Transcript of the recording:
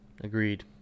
agreed